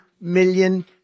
million